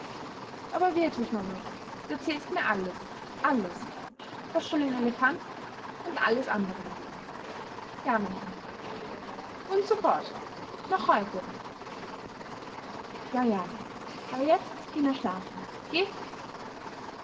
aber wirklich mama du erzählst mir alles alles das von den elefanten und alles andere ja mein kind und sofort noch heute ja ja aber jetzt geh nur schlafen geh